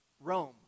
Rome